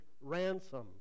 ransom